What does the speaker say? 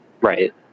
Right